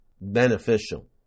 beneficial